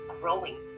growing